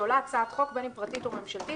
כשעולה הצעת חוק בין אם פרטית או ממשלתית